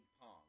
Pong